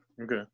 Okay